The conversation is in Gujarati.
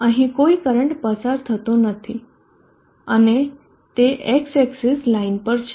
અહી કોઈ કરંટ પસાર થતો નથી અને તે x એક્સીસ લાઈન પર છે